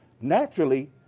naturally